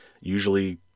usually